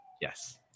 Yes